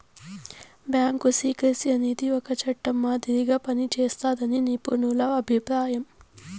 bank secrecy అనేది ఒక చట్టం మాదిరిగా పనిజేస్తాదని నిపుణుల అభిప్రాయం